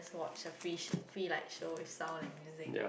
watched a free show free light show with sound and music